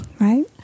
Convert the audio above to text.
right